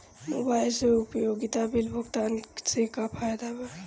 Mobile से उपयोगिता bill भुगतान से का फायदा बा?